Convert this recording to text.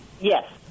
Yes